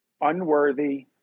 unworthy